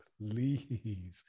please